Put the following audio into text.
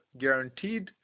guaranteed